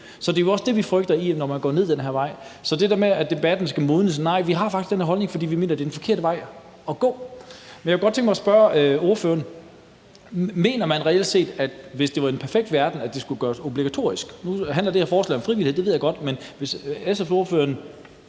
Det er jo også det, vi frygter, når man går den her vej. Så til det der med, at debatten skal modnes, vil jeg sige: Nej, vi har faktisk den her holdning, fordi vi mener, at det er den forkerte vej at gå. Men jeg kunne godt tænke mig at spørge ordføreren: Mener man reelt set, at det i den perfekte verden skulle gøres obligatorisk? Nu handler det her forslag om frivillighed, det ved jeg godt, men hvis SF og ordføreren